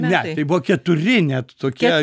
ne tai buvo keturi net tokie